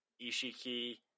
Ishiki